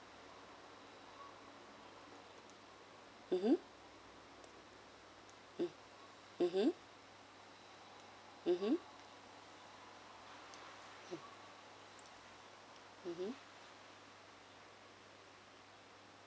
mmhmm mm mmhmm mmhmm mmhmm